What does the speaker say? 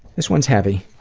this one's heavy.